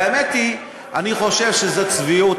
והאמת היא, אני חושב שזאת צביעות.